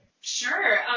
Sure